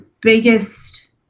biggest